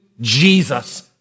Jesus